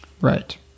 Right